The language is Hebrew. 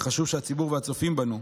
חשוב שהציבור והצופים בנו,